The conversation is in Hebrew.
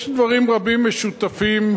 יש דברים רבים משותפים,